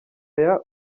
aya